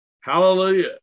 Hallelujah